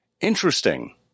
Interesting